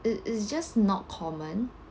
it it's just not common